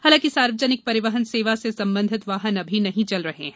हालाकि सार्वजनिक परिवहन सेवा से संबंधित वाहन अभी नहीं चल रहे हैं